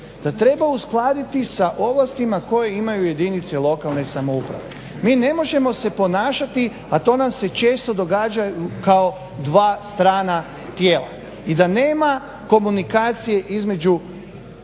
da treba uskladiti sa ovlastima koje imaju jedinice lokalne samouprave. Mi ne možemo se ponašati, a to nam se često događa kao dva strana tijela i da nema komunikacije između